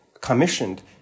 commissioned